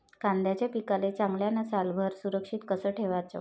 कांद्याच्या पिकाले चांगल्यानं सालभर सुरक्षित कस ठेवाचं?